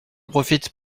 profitent